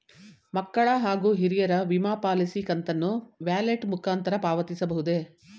ಮಕ್ಕಳ ಹಾಗೂ ಹಿರಿಯರ ವಿಮಾ ಪಾಲಿಸಿ ಕಂತನ್ನು ವ್ಯಾಲೆಟ್ ಮುಖಾಂತರ ಪಾವತಿಸಬಹುದೇ?